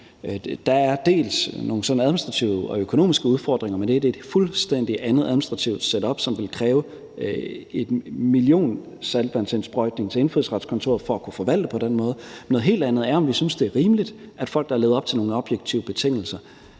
Der er nogle sådan administrative og økonomiske udfordringer med det, for det er et fuldstændig andet administrativt setup, som ville kræve en millionsaltvandsindsprøjtning til Indfødsretskontoret for at kunne forvalte på den måde. Noget helt andet er, om vi synes, det er rimeligt, at der for folk, der har levet op til nogle objektive betingelser,